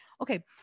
Okay